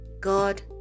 God